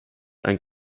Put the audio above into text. ein